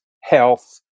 health